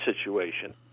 situation